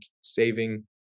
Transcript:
saving